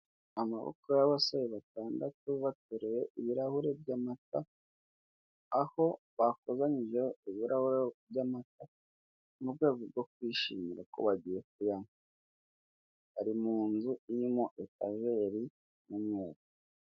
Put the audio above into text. Amaboko y'abasore batandatu bateruye ibirahure by'amata aho bakozanyijeho ibirahure by'amata mu rwego rwo kwishimira ko bagiye kuyanywa, bari mu nzu irimo etajeri y'umweru.